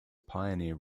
pioneer